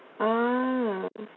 ah